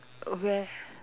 uh where